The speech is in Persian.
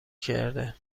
کرده